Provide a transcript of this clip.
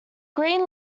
green